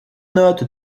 note